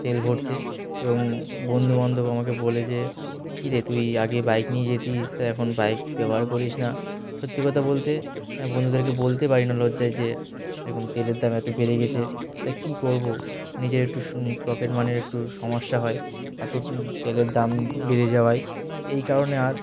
তেল ভরতে এবং বন্ধুবান্ধব আমাকে বলে যে কি রে তুই আগে বাইক নিয়ে যেতিস তা এখন বাইক ব্যবহার করিস না সত্যি কথা বলতে বন্ধুদেরকে বলতে পারি না লজ্জায় যে এরকম তেলের দাম এত বেড়ে গেছে তাই কী করবো নিজের একটু পকেটমানির একটু সমস্যা হয় এত তেলের দাম বেড়ে যাওয়ায় এই কারণে আর